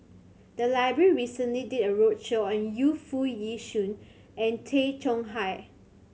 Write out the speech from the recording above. the library recently did a roadshow on Yu Foo Yee Shoon and Tay Chong Hai